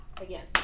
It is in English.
Again